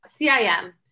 CIM